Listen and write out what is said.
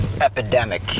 epidemic